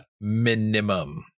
Minimum